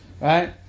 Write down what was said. Right